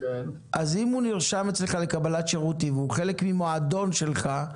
אז אם הוא נרשם אצלך לקבלת שירות והוא חלק ממועדון שלך,